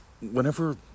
whenever